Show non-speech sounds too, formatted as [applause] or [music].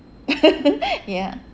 [laughs] ya